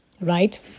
right